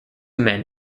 men